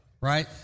right